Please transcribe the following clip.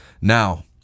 Now